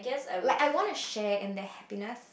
like I want a share in their happiness